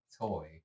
toy